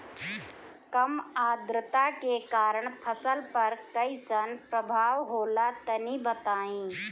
कम आद्रता के कारण फसल पर कैसन प्रभाव होला तनी बताई?